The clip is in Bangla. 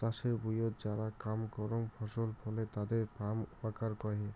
চাষের ভুঁইয়ত যারা কাম করাং ফসল ফলে তাদের ফার্ম ওয়ার্কার কহে